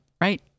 Right